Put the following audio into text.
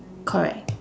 correct